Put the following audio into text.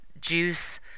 juice